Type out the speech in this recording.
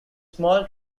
small